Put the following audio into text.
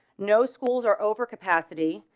no schools are over capacity,